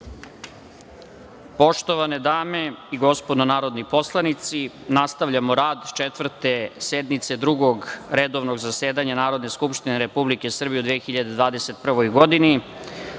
Poštovane dame i gospodo narodni poslanici, nastavljamo rad Četvrte sednice Drugog redovnog zasedanja Narodne skupštine Republike Srbije u 2021. godini. Molim